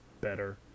better